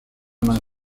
main